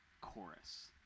chorus